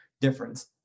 difference